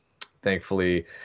thankfully